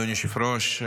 אדוני היושב-ראש,